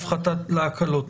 שנוגע להקלות.